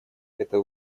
это